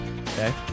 Okay